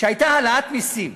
שהייתה העלאת מסים,